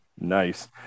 Nice